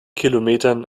kilometern